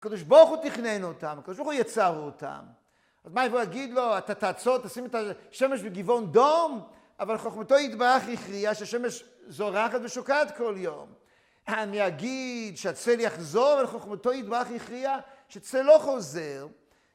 הקדוש ברוך הוא תכנן אותם, הקדוש ברוך הוא הוא יצר אותם. אז מה אם הוא יגיד לו אתה תעצור, תשים את השמש בגבעון דום, אבל חוכמתו יתברך הכריע שהשמש זורחת ושוקעת כל יום. אני אגיד שהצל יחזור ולחוכמתו יתברך יכריע שצל לא חוזר.